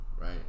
right